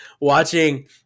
watching